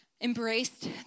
embraced